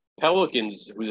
pelicans